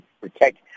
protect